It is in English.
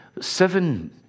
Seven